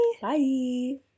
Bye